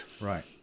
Right